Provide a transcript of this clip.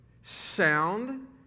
sound